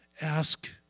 ask